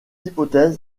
hypothèse